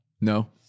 No